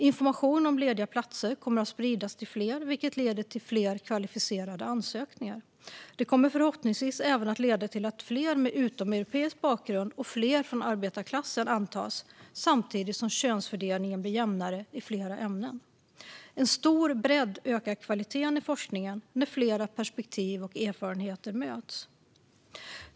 Informationen om lediga platser kommer att spridas till fler, vilket leder till fler kvalificerade ansökningar. Det kommer förhoppningsvis även att leda till att fler med utomeuropeisk bakgrund och fler från arbetarklassen antas samt att könsfördelningen kan bli jämnare i fler ämnen. En stor bredd ökar kvaliteten i forskningen när flera perspektiv och erfarenheter möts.